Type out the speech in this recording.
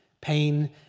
pain